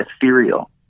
ethereal